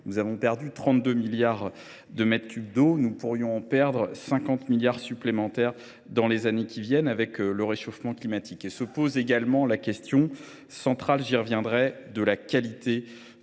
Nous avons perdu 32 milliards de mètres cubes d’eau ; nous pourrions en perdre 50 milliards supplémentaires dans les années qui viennent, sous l’effet du réchauffement climatique. Se pose également la question centrale – j’y reviendrai – de la qualité